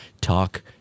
Talk